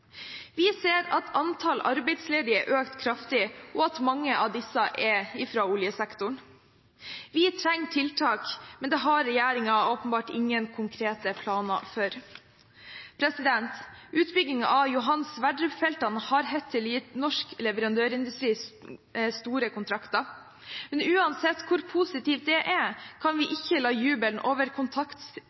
Vi ser at antall arbeidsledige har økt kraftig, og at mange av disse er fra oljesektoren. Vi trenger tiltak, men det har regjeringen åpenbart ingen konkrete planer om. Utbyggingen av Johan Sverdrup-feltet har hittil gitt norsk leverandørindustri store kontrakter. Men uansett hvor positivt det er, kan vi ikke la jubelen over